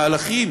מהלכים